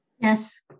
Yes